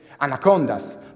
anacondas